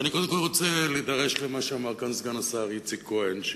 אני קודם כול רוצה להידרש למה שאמר כאן סגן השר איציק כהן,